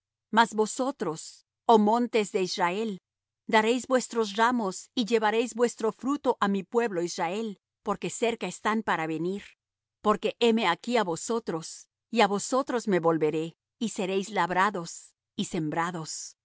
mas vosotros oh montes de israel daréis vuestros ramos y llevaréis vuestro fruto á mi pueblo israel porque cerca están para venir porque heme aquí á vosotros y á vosotros me volveré y seréis labrados y sembrados